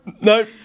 no